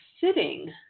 sitting